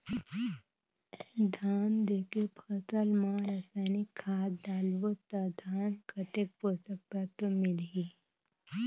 धान देंके फसल मा रसायनिक खाद डालबो ता धान कतेक पोषक तत्व मिलही?